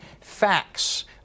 facts